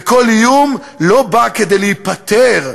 כל איום לא בא כדי להיפתר,